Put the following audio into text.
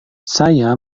saya